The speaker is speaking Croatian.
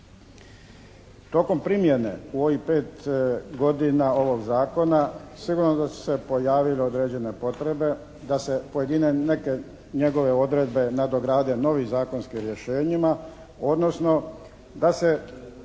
Tokom primjene u ovih 5 godina ovog Zakona sigurno da su se pojavile određene potrebe da se pojedine, neke njegove odredbe nadograde novim zakonskim rješenjima odnosno da se